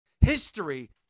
History